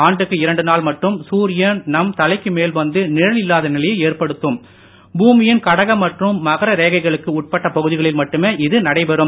ஆண்டுக்கு இரண்டு நாள் மட்டும் சூரியன் நம் தலைக்கு மேல் வந்து நிழல் இல்லாத நிலையை ஏற்படுத்தும் பூமியின் கடக மற்றும் மகர ரேகைகளுக்கு உட்பட்ட பகுதிகளில் மட்டுமே இது நடைபெறும்